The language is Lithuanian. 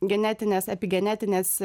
genetinės epigenetinės